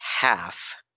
half